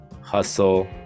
hustle